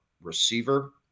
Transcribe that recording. receiver